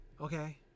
okay